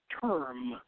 term